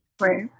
Right